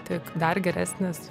tik dar geresnis